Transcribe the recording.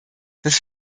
dass